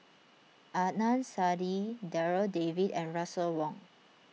Adnan Saidi Darryl David and Russel Wong